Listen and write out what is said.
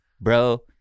Bro